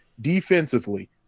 defensively